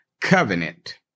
covenant